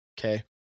okay